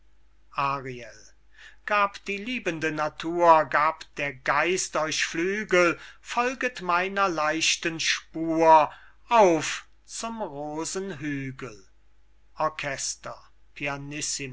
gab die liebende natur gab der geist euch flügel folget meiner leichten spur auf zum rosenhügel